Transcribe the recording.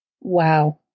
Wow